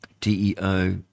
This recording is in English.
DEO